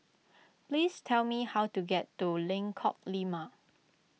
please tell me how to get to Lengkok Lima